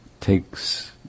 takes